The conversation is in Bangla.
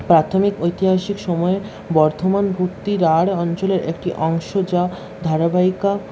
প্রাথমিক ঐতিহাসিক সময়ে বর্ধমান র্ভুক্তি রাঢ় অঞ্চলের একটি অংশ যা ধারাবাহিকা